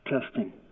testing